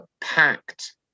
packed